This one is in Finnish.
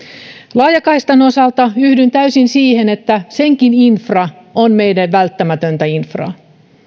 laajakaistan osalta yhdyn täysin siihen että senkin infra on meille välttämätöntä infraa